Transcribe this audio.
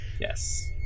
Yes